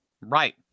Right